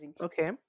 okay